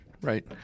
Right